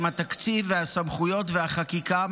עם התקציב והסמכויות והחקיקה,